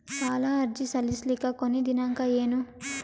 ಸಾಲ ಅರ್ಜಿ ಸಲ್ಲಿಸಲಿಕ ಕೊನಿ ದಿನಾಂಕ ಏನು?